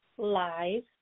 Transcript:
live